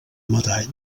metall